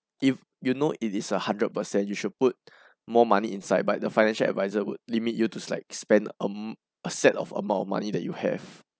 if you know it is a hundred percent you should put more money inside but the financial adviser would limit you to like spend um a set of amount of money that you have